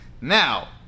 Now